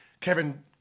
Kevin